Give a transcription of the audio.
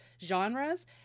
genres